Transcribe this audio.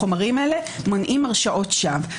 החומרים האלה מונעים הרשעת שווא.